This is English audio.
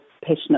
passionate